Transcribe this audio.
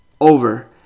over